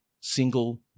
single